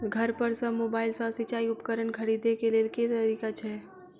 घर पर सऽ मोबाइल सऽ सिचाई उपकरण खरीदे केँ लेल केँ तरीका छैय?